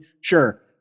Sure